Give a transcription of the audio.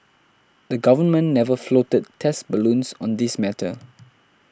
the Government never floated test balloons on this matter